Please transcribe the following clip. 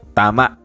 tama